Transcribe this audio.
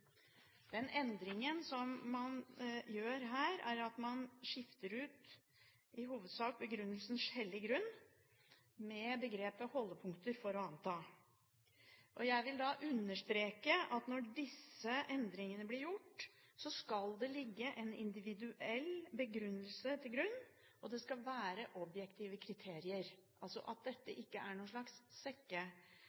Den endringen man gjør her, er at man skifter ut – i hovedsak – «skjellig grunn» med begrepet «holdepunkter for å anta». Jeg vil da understreke at når disse endringene blir gjort, skal det ligge en individuell begrunnelse til grunn. Det skal være objektive kriterier – altså at